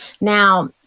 Now